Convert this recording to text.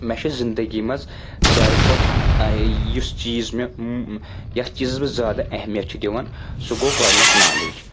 مےٚ چھِ زِنٛدگی منٛز ساروی کھۄتہٕ یُس چیٖز مےٚ یتھ چیٖزس بہٕ زیادٕ اہمِیَت چھُ دِوَان سُہ گوٚو گۄڈنِیَتھ نالَیج